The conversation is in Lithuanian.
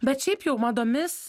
bet šiaip jau madomis